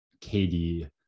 KD